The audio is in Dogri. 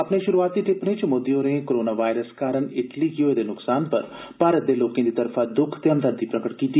अपने शुरूआती टिप्पणी च मोदी होर कोरोना वायरस कारण इटली गी होए दे नसकान पर भारत दे लोकें दी तरफा दुख ते हमदर्दी प्रगअ कीती